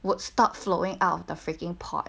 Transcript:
would stop flowing out of the freaking pot